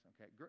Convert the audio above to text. Okay